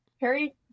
Harry